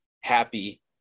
happy